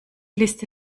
liste